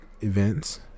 events